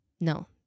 no